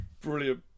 Brilliant